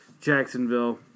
Jacksonville